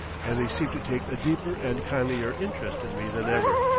and they seem to take a deeper and kindlier interest in me than ever.